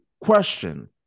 question